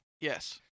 Yes